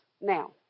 Now